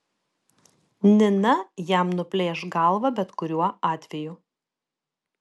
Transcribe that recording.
nina jam nuplėš galvą bet kuriuo atveju